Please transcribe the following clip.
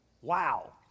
Wow